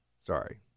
Sorry